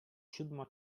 siódma